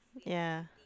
ya